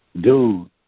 dude